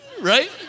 right